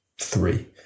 Three